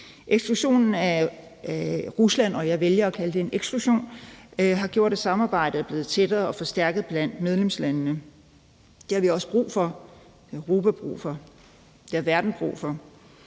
eksklusion – har gjort, at samarbejdet er blevet tættere og forstærket blandt medlemslandene. Det har vi også brug for. Det har Europa brug for.